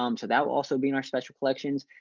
um so that will also be in our special collections.